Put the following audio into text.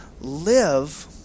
live